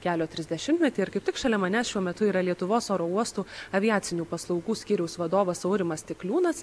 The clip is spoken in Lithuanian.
kelio trisdešimtmetį ir kaip tik šalia manęs šiuo metu yra lietuvos oro uostų aviacinių paslaugų skyriaus vadovas aurimas stikliūnas